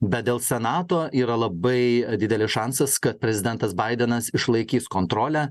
bet dėl senato yra labai didelis šansas kad prezidentas baidenas išlaikys kontrolę